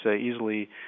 easily